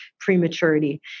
prematurity